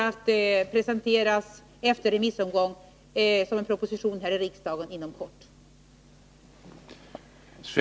Det kommer efter remissomgången att inom kort presenteras här i riksdagen i form av en proposition.